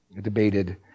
debated